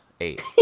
Eight